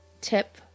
tip